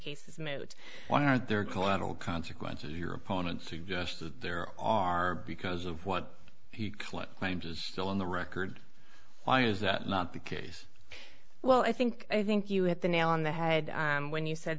moot what are their collateral consequences your opponent suggested there are because of what he claims is still on the record why is that not the case well i think i think you hit the nail on the head when you said